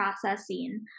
processing